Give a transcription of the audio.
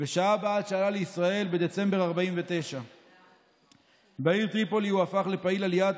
ושהה בה עד שעלה לישראל בדצמבר 1949. בעיר טריפולי הוא הפך לפעיל עלייה,